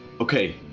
okay